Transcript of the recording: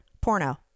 porno